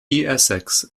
essex